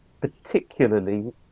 particularly